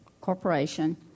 corporation